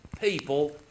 people